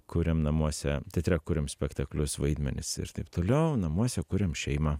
kuriam namuose teatre kuriam spektaklius vaidmenis ir taip toliau o namuose kuriam šeimą